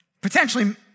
potentially